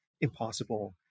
impossible